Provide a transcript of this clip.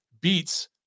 beats